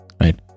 right